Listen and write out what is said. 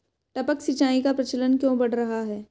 टपक सिंचाई का प्रचलन क्यों बढ़ रहा है?